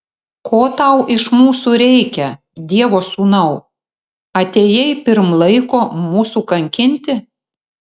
ko tau iš mūsų reikia dievo sūnau atėjai pirm laiko mūsų kankinti